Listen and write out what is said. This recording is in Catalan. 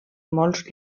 molts